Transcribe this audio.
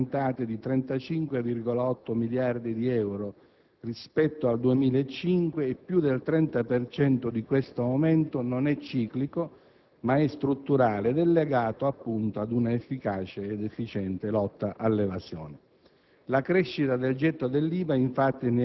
le entrate del bilancio dello Stato sono aumentate di 35,8 miliardi di euro rispetto al 2005 e più del 30 per cento di questo aumento non è ciclico, ma strutturale ed è legato, appunto, ad un'efficace ed efficiente lotta all'evasione.